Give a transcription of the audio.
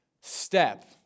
step